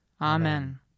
Amen